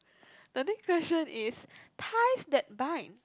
the next question is ties that bind